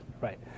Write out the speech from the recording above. right